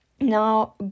now